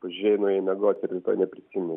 pažiūrėjai nuėjai miegoti ir rytoj neprisiminei